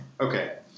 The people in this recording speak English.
Okay